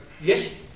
Yes